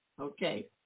Okay